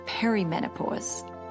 perimenopause